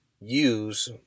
use